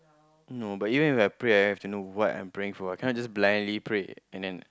no but even If I pray I have to know what I'm praying for cannot just blindly pray and then